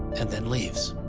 and then leaves